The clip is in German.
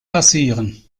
passieren